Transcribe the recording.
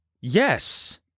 Yes